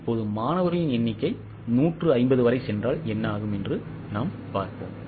இப்போது மாணவர்களின் எண்ணிக்கை 150 வரை சென்றால் என்ன ஆகும் என்று பார்ப்போம்